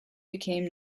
became